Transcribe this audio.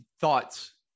thoughts